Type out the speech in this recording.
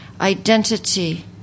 identity